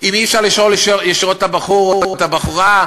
אם אי-אפשר לשאול ישירות את הבחור או את הבחורה,